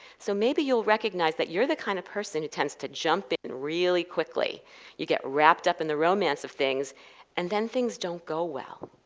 so maybe you'll recognize that you're the kind of person who tends to jump in really quickly you get wrapped up in the romance of things and then things don't go well.